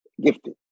gifted